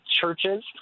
churches